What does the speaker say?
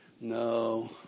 No